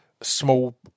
small